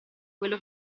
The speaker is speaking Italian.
quello